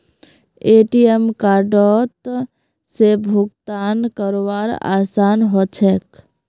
ATM कार्डओत से भुगतान करवार आसान ह छेक